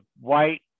white